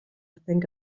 think